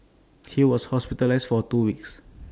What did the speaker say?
he was hospitalised for two weeks